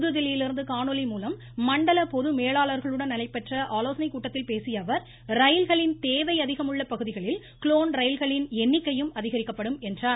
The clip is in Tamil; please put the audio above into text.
புதுதில்லியிலிருந்து காணொலி மூலம் மண்டல பொது மேலாளர்களுடன் நடைபெற்ற ஆலோசனை கூட்டத்தில் பேசியஅவர் ரயில்களின் தேவை அதிகமுள்ள பகுதிகளில் குளோன் ரயில்களின் எண்ணிக்கையும் அதிகரிக்கப்படும் என்றார்